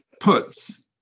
Puts